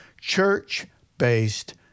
church-based